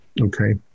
Okay